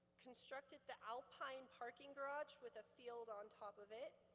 constructed the alpine parking garage with a field on top of it,